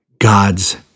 God's